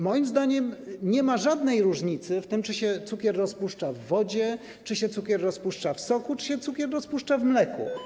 Moim zdaniem, nie ma żadnej różnicy w tym, czy się cukier rozpuszcza w wodzie, czy się cukier rozpuszcza w soku, czy się cukier rozpuszcza w mleku.